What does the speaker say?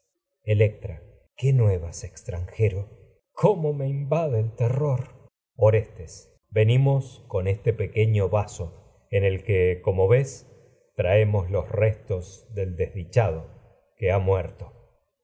electra qué nuevas extranjero cómo me in vade el terror orestes venimos con este pequeño vaso en como el que ves traemos los restos del desdichado que ha muerto